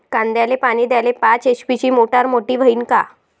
कांद्याले पानी द्याले पाच एच.पी ची मोटार मोटी व्हईन का?